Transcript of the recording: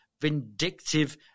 vindictive